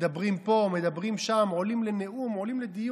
מדברים פה, מדברים שם, עולים לנאום, עולים לדיון.